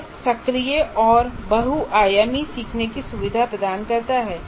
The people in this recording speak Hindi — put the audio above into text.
यह सक्रिय और बहुआयामी सीखने की सुविधा प्रदान करता है